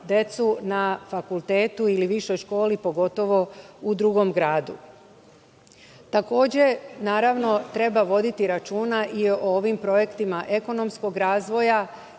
decu na fakultetu ili višoj školi, pogotovo u drugom gradu. Takođe, naravno, treba voditi računa i o ovim projektima ekonomskog razvoja